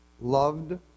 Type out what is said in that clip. loved